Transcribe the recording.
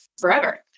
forever